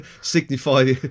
signify